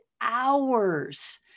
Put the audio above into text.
hours